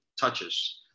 touches